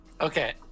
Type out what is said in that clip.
Okay